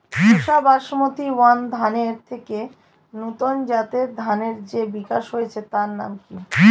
পুসা Basmati one ধানের থেকে নতুন জাতের ধানের যে বিকাশ হয়েছে তার নাম কি?